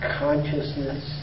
consciousness